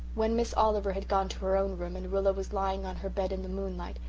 when miss oliver had gone to her own room and rilla was lying on her bed in the moonlight,